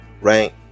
right